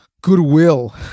goodwill